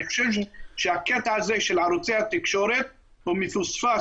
אני חושב שהקטע הזה של ערוצי התקשורת הוא מפוספס